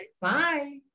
Bye